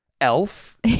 Elf